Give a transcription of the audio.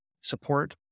support